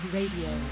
Radio